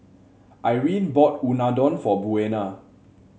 Irine bought Unadon for Buena